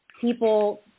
people